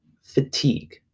fatigue